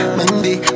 Monday